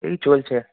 এই চলছে